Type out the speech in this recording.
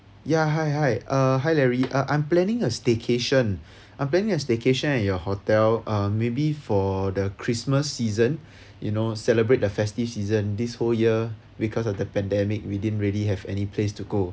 ya hi hi uh hi larry uh I'm planning a staycation I'm planning a staycation at your hotel uh maybe for the christmas season you know celebrate the festive season this whole year because of the pandemic we didn't really have any place to go